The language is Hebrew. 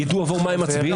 ידעו עבור מה הם מצביעים.